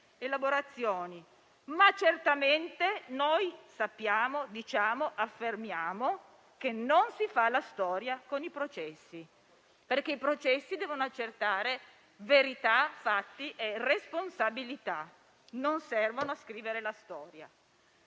elaborazioni, ma certamente sappiamo e affermiamo che non si fa la storia con i processi, perché i processi devono accertare verità, fatti e responsabilità e non servono a scrivere la storia.